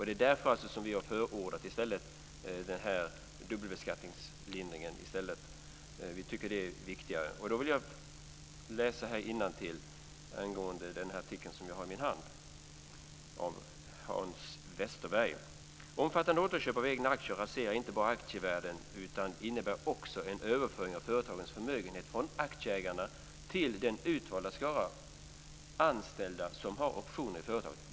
Det är därför som vi i stället har förordat dubbelbeskattningslindringen. Vi tycker att det är viktigare. Då vill jag läsa här innantill ur en artikel som jag har i min hand av Hans Westerberg: "Omfattande återköp av egna aktier raserar inte bara aktieägarvärlden utan innebär också en överföring av företagens förmögenhet från aktieägarna till den utvalda skaran anställda som har optioner i företaget.